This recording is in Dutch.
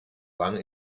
lang